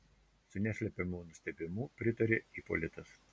su neslepiamu nustebimu pritarė ipolitas